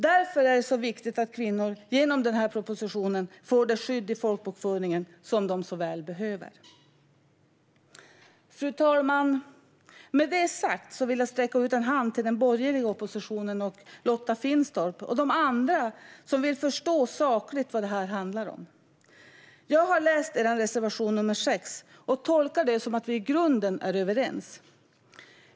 Därför är det så viktigt att kvinnor genom den här propositionen får det skydd i folkbokföringen de så väl behöver. Fru talman! Med det sagt vill jag sträcka ut en hand till den borgerliga oppositionen - till Lotta Finstorp och de andra som sakligt vill förstå vad det här handlar om. Jag har läst er reservation nr 6 och tolkar den som att vi i grunden är överens.